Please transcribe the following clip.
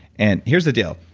and here's the deal,